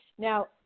Now